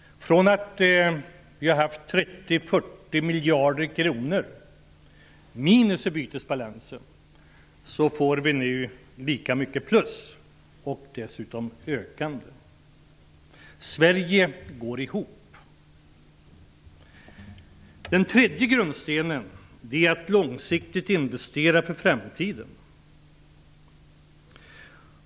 Från ett minus på 30--40 miljarder kronor i bytesbalansen får vi nu lika mycket plus, och dessutom sker det en ökning. Sverige går ihop. Den tredje grundstenen är att långsiktigt investera inför framtiden.